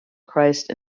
christ